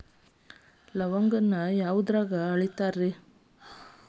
ಲವಂಗಾನ ಯಾವುದ್ರಾಗ ಅಳಿತಾರ್ ರೇ?